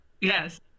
Yes